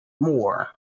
more